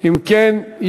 אם כן,